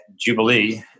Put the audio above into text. Jubilee